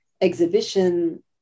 exhibition